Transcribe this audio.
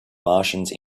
martians